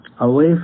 Away